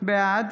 בעד